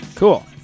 Cool